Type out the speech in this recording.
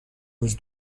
روز